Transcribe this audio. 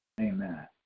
Amen